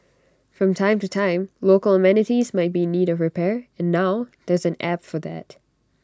from time to time local amenities might be in need of repair and now there's an app for that